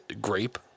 grape